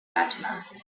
fatima